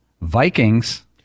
Vikings